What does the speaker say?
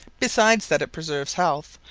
besides that it preserves health,